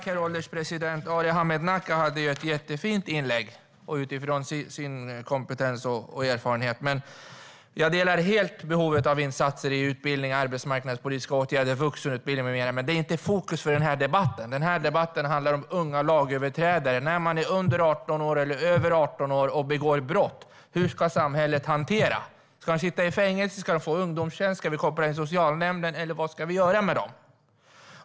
Herr ålderspresident! Arhe Hamednaca höll ett mycket fint inlägg utifrån sin kompetens och erfarenhet. Jag delar helt uppfattningen att det behövs insatser i fråga om utbildning, arbetsmarknadspolitiska åtgärder, vuxenutbildning med mera. Men det är inte fokus för denna debatt. Denna debatt handlar om unga lagöverträdare. När ungdomar under 18 år begår brott, hur ska samhället då hantera detta? Ska de sitta i fängelse, ska de få ungdomstjänst, ska vi koppla in socialnämnden eller vad ska vi göra med dem?